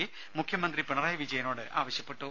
P മുഖ്യമന്ത്രി പിണറായി വിജയനോട് ആവശ്യപ്പെട്ടു